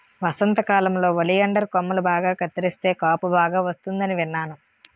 వసంతకాలంలో ఒలియండర్ కొమ్మలు బాగా కత్తిరిస్తే కాపు బాగా వస్తుందని విన్నాను